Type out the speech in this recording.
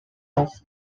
off